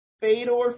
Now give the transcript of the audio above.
Fedor